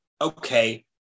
okay